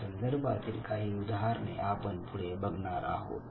या संदर्भातील काही उदाहरणे आपण पुढे बघणार आहोत